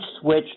switch